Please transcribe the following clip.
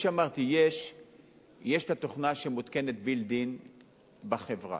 יש התוכנה שמותקנת built in בחברה,